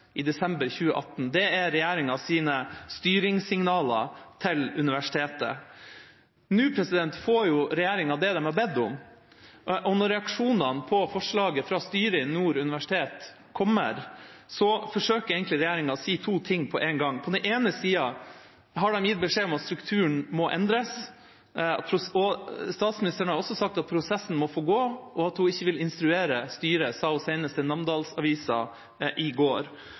i desember 2018. Det er regjeringas styringssignaler til universitetet. Nå får jo regjeringa det de har bedt om, og når reaksjonene på forslaget fra styret i Nord universitet kommer, forsøker egentlig regjeringa å si to ting på én gang. På den ene sida har de gitt beskjed om at strukturen må endres, og statsministeren har også sagt at prosessen må få gå, og at hun ikke vil instruere styret. Det sa hun senest til Namdalsavisa i går.